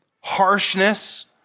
harshness